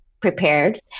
prepared